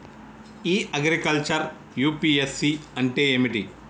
ఇ agriculture UPSC అంటే ఏమిటి?